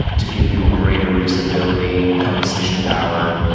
to give people greater usability, composition power,